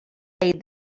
laid